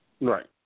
right